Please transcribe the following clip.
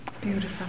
Beautiful